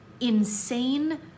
insane